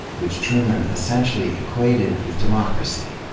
which truman essentially equated with democracy.